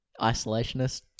isolationist